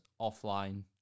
offline